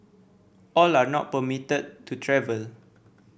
all are not permitted to travel